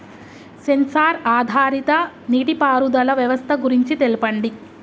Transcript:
Censor ఆధారిత నీటిపారుదల వ్యవస్థ గురించి తెల్పండి?